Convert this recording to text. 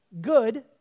good